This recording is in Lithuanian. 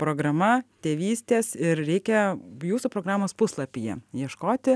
programa tėvystės ir reikia jūsų programos puslapyje ieškoti